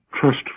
trust